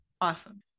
awesome